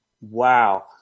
wow